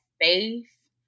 faith